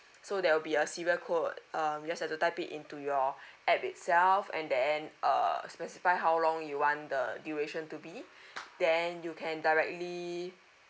so there will be a serial code um just have to type it into your app itself and then err specify how long you want the duration to be then you can directly